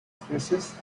space